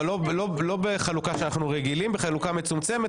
אבל לא בחלוקה שאנחנו רגילים, בחלוקה מצומצמת.